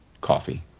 coffee